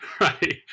Right